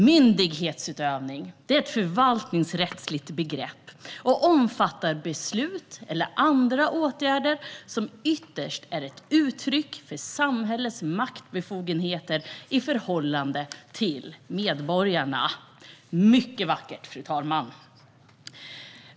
Myndighetsutövning är ett förvaltningsrättsligt begrepp och omfattar beslut eller andra åtgärder som ytterst är uttryck för samhällets maktbefogenheter i förhållande till medborgarna. Det är mycket vackert, fru talman.